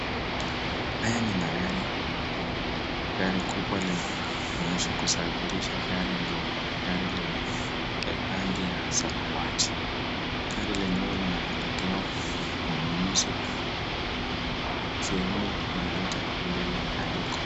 Haya ni magari mawili. Gari kubwa linaonyweshwa kusafirisha gari ndogo, gari lenye rangi ya samawati. Gari lenyewe linapelekewa mnunuzi kwenye sehemu lolote lile aliko.